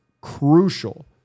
crucial